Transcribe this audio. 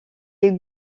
est